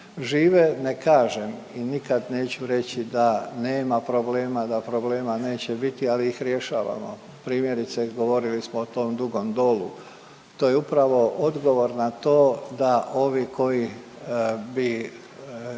žive. Ne kažem i nikad neću reći da nema problema, da problema neće biti, ali ih rješavamo. Primjerice, govorili smo o tom Dugom Dolu, to je upravo odgovor na to da ovi koji bi